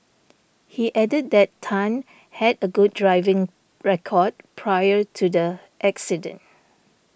he added that Tan had a good driving record prior to the accident